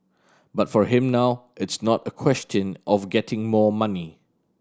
but for him now it's not a question of getting more money